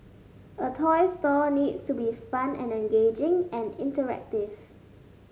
a toy store needs to be fun and engaging and interactive